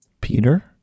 Peter